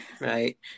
right